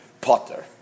potter